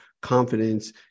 confidence